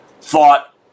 thought